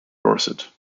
dorset